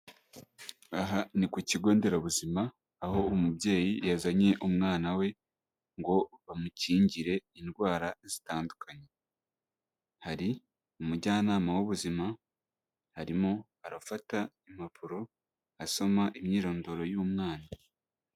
Aha ni ku kigo nderabuzima, aho umubyeyi yazanye umwana we ngo bamukingire indwara zitandukanye. Hari umujyanama w'ubuzima, arimo arafata impapuro asoma imyirondoro y'umwana.